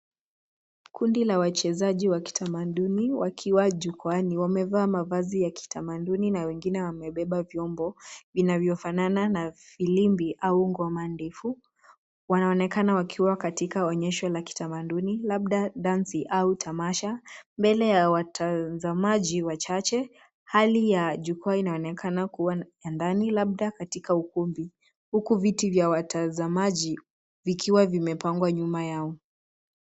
Kundi la wachezaji wa kitamanduni wakiwa jukwaani wamevaa mavazi ya kitamanduni na wengine wamebeba vyombo vinavyofanana na firimbi au ngoma ndefu. Wanaonekana wakiwa katika onyesho la kitamanduni labda dansi au tamasha. Mbele ya watazamaji wachache, hali ya jukwaani inaonekana kuwa ya ndani labda katika ukumbi. Huku viti vya watazamaji vikiwa vimepangwa nyuma yao.